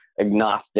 agnostic